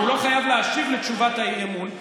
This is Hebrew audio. והוא לא חייב להשיב לתשובת האי-אמון,